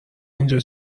اینجا